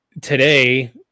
today